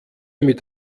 mit